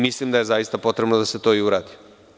Mislim da je zaista potrebno da se to i uradi.